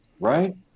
right